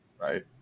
right